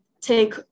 take